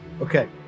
Okay